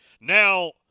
Now